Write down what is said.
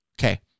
Okay